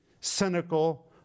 cynical